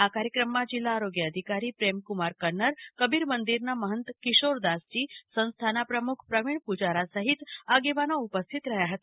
આ ક્રયાક્રામમાં જીલ્લા આરોગ્ય અધિકારી પ્રેમકુમાર કન્નર કબીર મંદિરના મહંત કિશોરદાસજી સંસ્થાના પ્રમુખ પ્રવીણ પુજારા સહીત આગેવાનો ઉપસ્થિત રહ્યા હતા